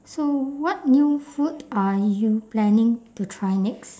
so what new food are you planning to try next